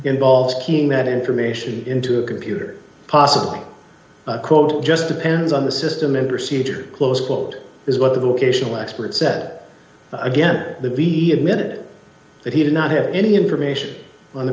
involves keying that information into a computer possible quote just depends on the system in procedure close quote is what the occasional expert said again the be admitted that he did not have any information on the